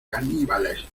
caníbales